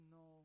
no